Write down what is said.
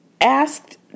asked